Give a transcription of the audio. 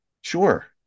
Sure